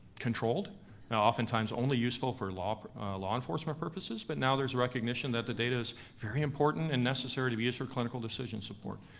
controlled, and oftentimes only useful for law law enforcement purposes, but now there's recognition that the data is very important and necessary to be used for clinical decision support.